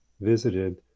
visited